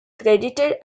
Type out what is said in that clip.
credited